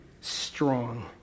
strong